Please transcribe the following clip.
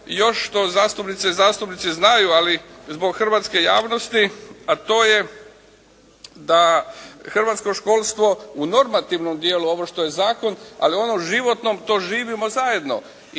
još što zastupnice i zastupnici znaju ali zbog hrvatske javnosti a to je da hrvatsko školstvo u normativnom dijelu ovo što je zakon ali i onom životnom to živimo zajedno